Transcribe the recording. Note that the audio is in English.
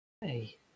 Hey